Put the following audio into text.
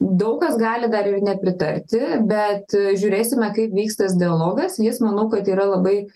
daug kas gali dar ir nepritarti bet žiūrėsime kaip vyks tas dialogas jis manau kad yra labai